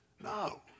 No